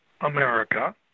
America